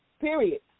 period